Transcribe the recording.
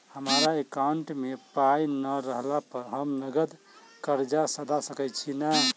हमरा एकाउंट मे पाई नै रहला पर हम नगद कर्जा सधा सकैत छी नै?